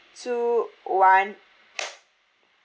two one